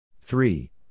three